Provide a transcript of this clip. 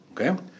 okay